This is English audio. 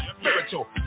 spiritual